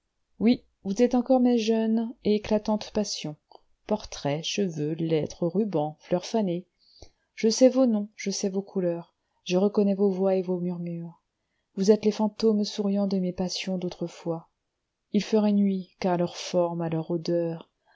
oui vous êtes encore mes jeunes et éclatantes passions portraits cheveux lettres rubans fleurs fanées je sais vos noms je sais vos couleurs je reconnais vos voix et vos murmures vous êtes les fantômes souriants de mes passions d'autrefois il ferait nuit qu'à leur forme à leur odeur